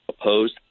opposed